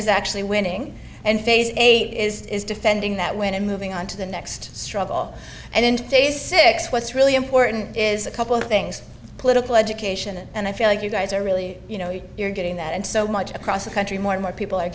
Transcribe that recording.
is actually winning and phase eight is defending that win and moving on to the next struggle and in today's six what's really important is a couple of things political education and i feel like you guys are really you know you're getting that and so much across the country more and more people are